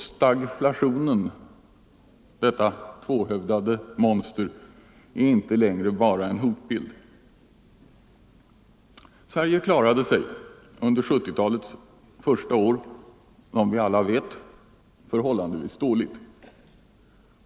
Stagflationen, detta tvåhövdade monster, är inte längre bara en hotbild. Sverige klarade sig under 1970-talets första år, som vi alla vet, förhållandevis dåligt.